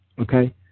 Okay